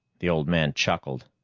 the old man chuckled.